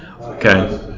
Okay